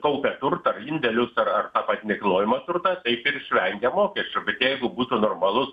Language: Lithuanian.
kaupia turtą indėlius ar ar tą patį nekilnojamą turtą taip ir išvengia mokesčių bet jeigu būtų normalus